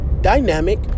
dynamic